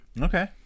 okay